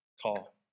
call